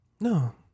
no